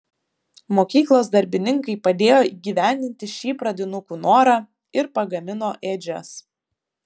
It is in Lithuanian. mokyklos darbininkai padėjo įgyvendinti šį pradinukų norą ir pagamino ėdžias